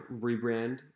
rebrand